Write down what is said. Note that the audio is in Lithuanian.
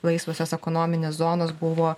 laisvosios ekonominės zonos buvo